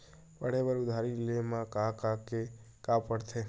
पढ़े बर उधारी ले मा का का के का पढ़ते?